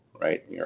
right